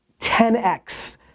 10X